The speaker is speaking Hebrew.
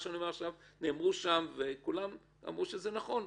מה שאני אומר עכשיו נאמר שם, וכולם אמרו שזה נכון,